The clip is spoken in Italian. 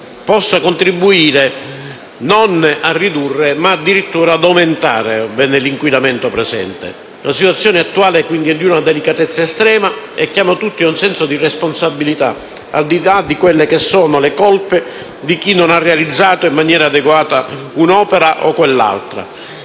possa contribuire non a ridurre, ma addirittura ad aumentare il livello di inquinamento presente. La situazione attuale è, dunque, di una delicatezza estrema e chiama tutti ad un senso di responsabilità, al di là delle colpe di chi non ha realizzato in maniera adeguata un'opera o un'altra.